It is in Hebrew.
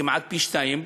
כמעט פי-שניים,